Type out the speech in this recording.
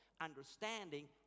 understanding